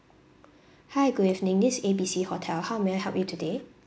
hi good evening this is A B C hotel how may I help you today